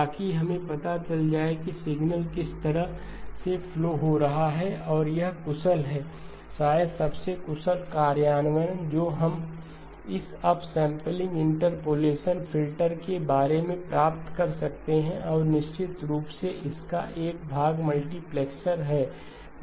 ताकि हमें पता चल जाए कि सिग्नल किस तरह से फ्लो हो रहा है और यह कुशल है शायद सबसे कुशल कार्यान्वयन जो हम इस अपसैंपलिंग इंटरपोलेशन फिल्टर के बारे में प्राप्त कर सकते हैं और निश्चित रूप से इसका यह भाग मल्टीप्लेक्सर है